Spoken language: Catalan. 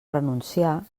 renunciar